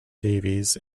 davies